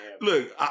look